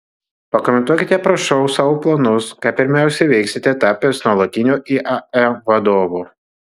pakomentuokite prašau savo planus ką pirmiausia veiksite tapęs nuolatiniu iae vadovu